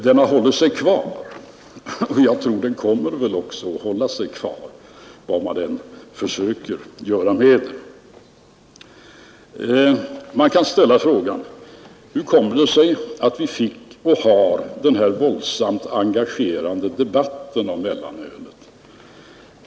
Den har hållit sig kvar, och jag tror att den också kommer att hålla sig kvar, vad man än försöker göra med den. Man kan ställa frågan om hur det kommer sig att vi fick och har den här våldsamt engagerande debatten om mellanölet.